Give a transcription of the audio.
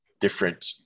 different